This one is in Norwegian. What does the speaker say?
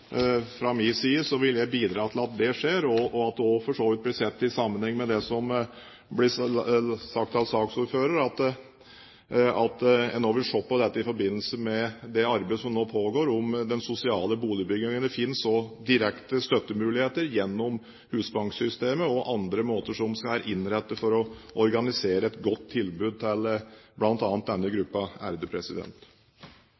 Fra min side vil jeg bidra til at det skjer, slik at det også blir sett i sammenheng med det som ble sagt av saksordføreren, at en også vil se på dette i forbindelse med det arbeidet som nå pågår om den sosiale boligbyggingen. Det finnes også direkte støttemuligheter gjennom husbanksystemet og andre måter som en skal innrette for å organisere et godt tilbud til bl.a. denne